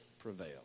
Prevail